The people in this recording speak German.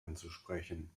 anzusprechen